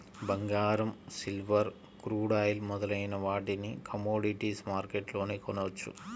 బంగారం, silver, crude oil మొదలైన వాటిని కమోడిటీస్ మార్కెట్లోనే కొనవచ్చు